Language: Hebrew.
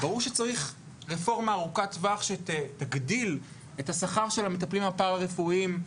ברור שצריך רפורמה ארוכת טווח שתגדיל את השכר של המטפלים הפרא רפואיים,